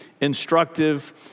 instructive